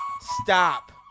Stop